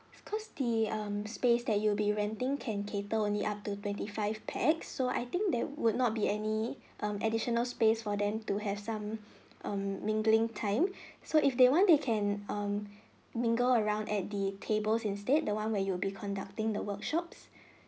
cause the um space that you will be renting can cater only up to twenty five pax so I think that would not be any um additional space for them to have some um mingling time so if they want they can um mingle around at the tables instead the one where you will be conducting the workshops